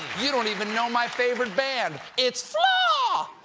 you don't even know my favorite band. it's flaw.